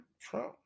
Trump